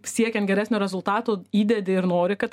siekiant geresnio rezultato įdedi ir nori kad